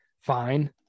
fine